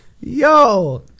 Yo